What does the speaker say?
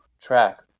track